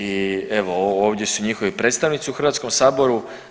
I evo ovdje su njihovi predstavnici u Hrvatskom saboru.